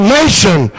nation